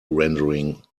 rendering